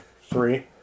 Three